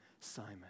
Simon